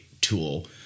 tool